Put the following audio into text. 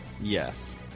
Yes